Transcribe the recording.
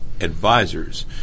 Advisors